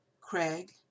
Craig